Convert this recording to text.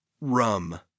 Rum